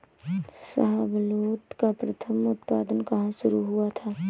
शाहबलूत का प्रथम उत्पादन कहां शुरू हुआ था?